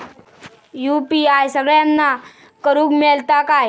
UPI सगळ्यांना करुक मेलता काय?